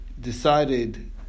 decided